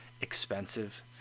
expensive